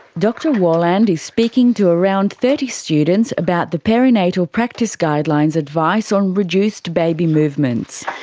dr warland is speaking to around thirty students about the perinatal practice guidelines advice on reduced baby movements.